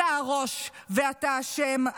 אתה הראש ואתה אשם,